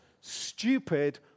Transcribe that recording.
stupid